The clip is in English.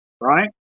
Right